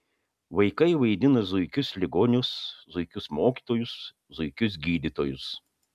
vaikai vaidina zuikius ligonius zuikius mokytojus zuikius gydytojus